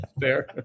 fair